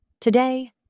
Today